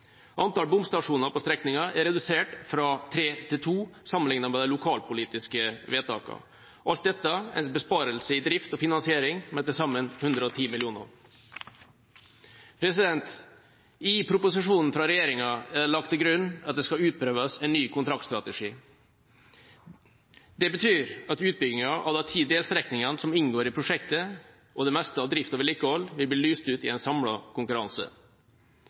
Antall bomstasjoner på strekninga er redusert fra tre til to sammenlignet med de lokalpolitiske vedtakene. Alt dette gir en besparelse i drift og finansiering på til sammen 110 mill. kr. I proposisjonen fra regjeringa er det lagt til grunn at det skal utprøves en ny kontraktstrategi. Det betyr at utbygginga av de ti delstrekningene som inngår i prosjektet, og det meste av drift og vedlikehold vil bli lyst ut i en samlet konkurranse.